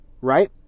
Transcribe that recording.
right